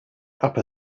upper